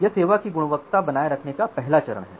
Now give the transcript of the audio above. यह सेवा की गुणवत्ता बनाए रखने का पहला चरण है